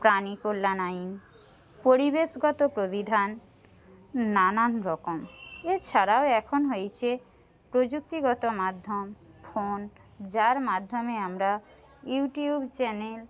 প্রাণী কল্যাণ আইন পরিবেশগত প্রবিধান নানান রকম এছাড়াও এখন হয়েছে প্রযুক্তিগত মাধ্যম ফোন যার মাধ্যমে আমরা ইউটিউব চ্যানেল